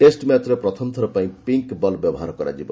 test ମ୍ୟାଚ୍ରେ ପ୍ରଥମଥର ପାଇଁ ପିଙ୍କ୍ ବଲ୍ ବ୍ୟବହାର କରାଯିବ